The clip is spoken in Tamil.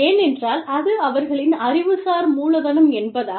ஏன் என்றால் அது அவர்களின் அறிவுசார் மூலதனம் என்பதால்